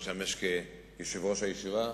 משמש כיושב-ראש הישיבה.